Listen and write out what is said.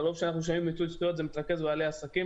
לרוב כשאנחנו שומעים את המילים "מיצוי זכויות" זה מתרכז בבעלי עסקים.